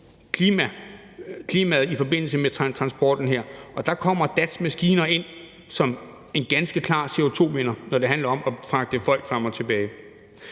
klimaet i forbindelse med transporten her. Der kommer DAT's maskiner ind som en ganske klar CO2-vinder, når det handler om at fragte folk frem og tilbage.